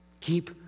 Keep